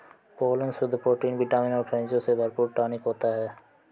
pollen शुद्ध protein vitamin और खनिजों से भरपूर टॉनिक होता है